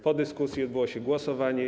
Po dyskusji odbyło się głosowanie.